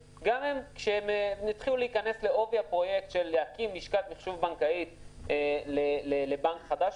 כשהם התחילו להיכנס לעובי הפרויקט של להקים לשכת מחשוב בנקאית לבנק חדש,